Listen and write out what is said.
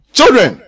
Children